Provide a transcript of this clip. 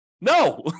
No